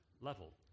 level